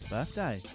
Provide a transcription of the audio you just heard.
Birthday